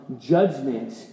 judgment